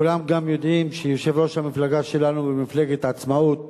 כולם גם יודעים שהמפלגה שלנו, מפלגת העצמאות,